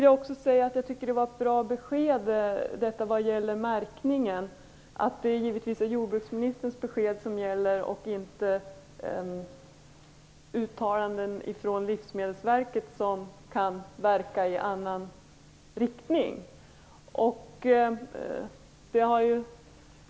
Jag tycker att det var ett bra besked som Michael Hagberg gav när det gäller märkningen, nämligen att det givetvis är jordbruksministerns besked som gäller och inte uttalanden från Livsmedelsverket som kan verka i annan riktning.